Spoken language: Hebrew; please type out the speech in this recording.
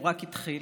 הוא רק התחיל.